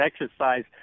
exercise